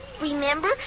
Remember